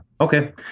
okay